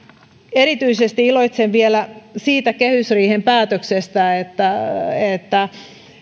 erityisesti iloitsen vielä siitä kehysriihen päätöksestä että että